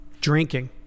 drinking